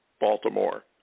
Baltimore